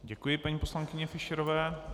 Děkuji paní poslankyni Fischerové.